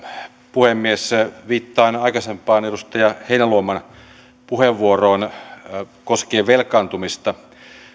puhemies viittaan aikaisempaan edustaja heinäluoman puheenvuoroon koskien velkaantumista